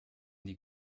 die